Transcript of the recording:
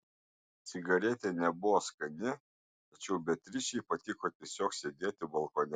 cigaretė nebuvo skani tačiau beatričei patiko tiesiog sėdėti balkone